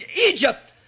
Egypt